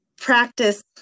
practice